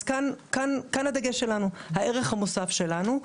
כאן הדגש שלנו, הערך המוסף שלנו.